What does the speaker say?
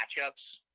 matchups